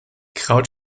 kraut